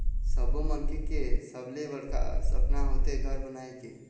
सब्बो मनखे के सबले बड़का सपना होथे घर बनाए के